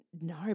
No